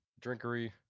drinkery